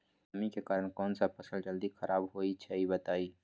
नमी के कारन कौन स फसल जल्दी खराब होई छई बताई?